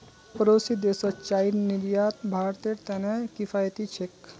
पड़ोसी देशत चाईर निर्यात भारतेर त न किफायती छेक